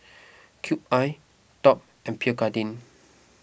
Cube I Top and Pierre Cardin